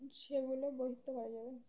সেগুলো ভবিষ্যতে করা যাবে